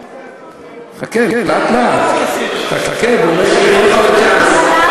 חכה, לאט-לאט, חכה, יהיה לך עוד צ'אנס.